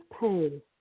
pain